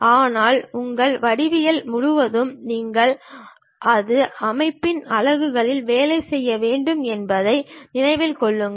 ஆனால் உங்கள் வடிவியல் முழுவதும் நீங்கள் ஒரு அமைப்பின் அலகுகளில் வேலை செய்ய வேண்டும் என்பதை நினைவில் கொள்ளுங்கள்